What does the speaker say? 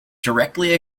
directly